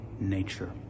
nature